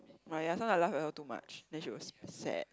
oh ya sometimes I laugh at her too much then she was sad